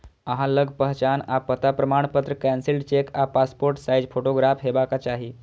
अहां लग पहचान आ पता प्रमाणपत्र, कैंसिल्ड चेक आ पासपोर्ट साइज फोटोग्राफ हेबाक चाही